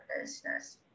business